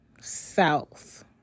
south